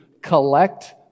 collect